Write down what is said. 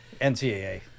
NCAA